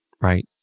right